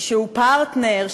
שהוא פרטנר,